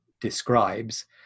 describes